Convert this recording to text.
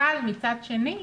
אבל מצד שני,